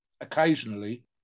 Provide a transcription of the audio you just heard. occasionally